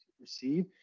receive